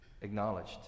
acknowledged